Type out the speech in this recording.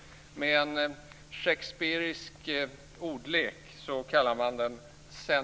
Med en "Shakespearesk" ordlek kallar man den